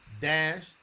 Dash